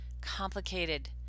complicated